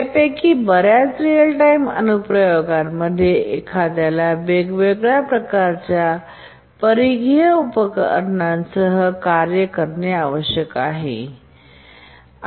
यापैकी बर्याच real time अनुप्रयोगांमध्ये एखाद्याला वेगवेगळ्या प्रकारच्या पेरिफेरल डेव्हिसिससह कार्य करणे आवश्यक आहे